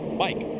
mike?